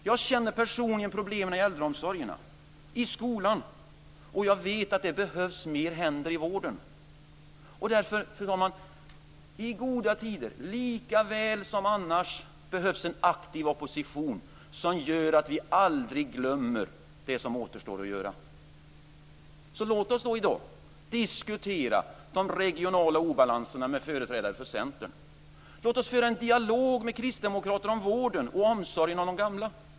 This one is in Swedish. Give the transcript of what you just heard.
Jag känner personligen problemen i äldreomrorgen och skolan, och jag vet att det behövs fler händer i vården. Därför, fru talman, behövs i goda tider lika väl som annars en aktiv opposition som gör att vi aldrig glömmer det som återstår att göra. Så låt oss i dag diskutera de regionala obalanserna med företrädare för Centern. Låt oss föra en dialog med Kristdemokraterna om vården och omsorgen om de gamla.